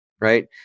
right